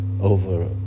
over